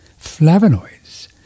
flavonoids